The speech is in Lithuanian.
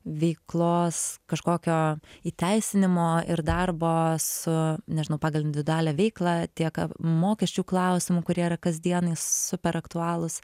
veiklos kažkokio įteisinimo ir darbo su nežinau pagal individualią veiklą tiek mokesčių klausimų kurie yra kasdienai super aktualūs